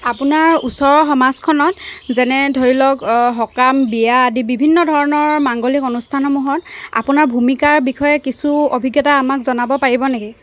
আপোনাৰ ওচৰৰ সমাজখনত যেনে ধৰি লওক সকাম বিয়া আদি বিভিন্ন ধৰণৰ মাংগলিক অনুষ্ঠানসমূহত আপোনাৰ ভূমিকাৰ বিষয়ে কিছু অভিজ্ঞতা আমাক জনাব পাৰিব নেকি